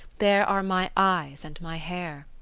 there are my eyes and my hair.